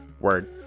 Word